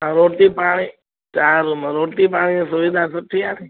त रोटी पाणी चारि रूम रोटी पाणी सुविधा सुठी आहे न